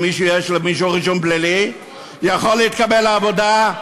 אם למישהו יש רישום פלילי הוא יכול להתקבל לעבודה?